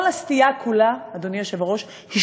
כל הסטייה כולה, אדוני היושב-ראש, היא